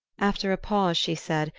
after a pause she said,